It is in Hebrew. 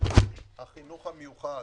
החינוך המיוחד